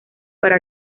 para